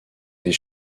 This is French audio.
des